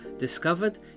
discovered